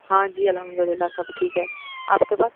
ہاں جی الحمد للہ سب ٹھیک ہے آپ کے پاس